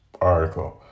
article